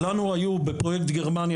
לנו היו בפרויקט גרמניה,